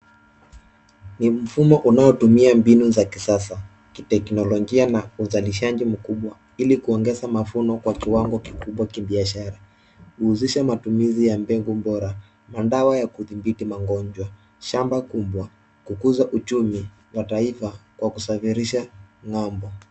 Ni mfumo unaotumia mbinu za kisasa, kiteknolojia na uzalishaji mkubwa ili kuongeza mavuno kwa kiwango kikubwa kibiashara. Huhusisha matumizi ya mbegu bora, madawa ya kudhibiti magonjwa, shamba kubwa, kukuza uchumi wa taifa kwa kusafirisha ng'ambo.